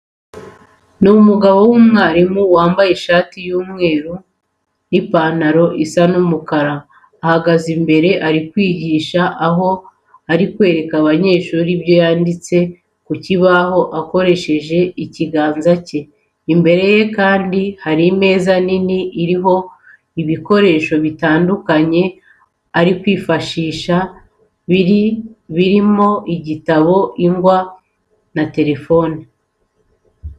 Ni umugabo w'umwarimu wambaye ishati y'umweru n'ipantaro isa umukara. Ahagaze imbere ari kwigisha aho ari kwereka abanyeshuri ibyo yanditse ku kibaho akoresheje ikiganza cye. Imbere ye kandi hari imeza nini iriho ibikoresho bitandukanye ari kwifashisha birimo igitabo, ingwa na telefone.